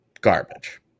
Garbage